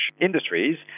industries